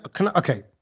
Okay